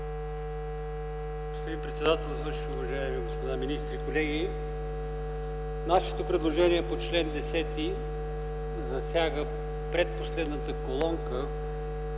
Господин председател, уважаеми господа министри, колеги! Нашето предложение по чл. 10 засяга предпоследната колонка,